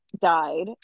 died